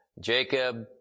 Jacob